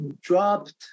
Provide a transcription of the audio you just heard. dropped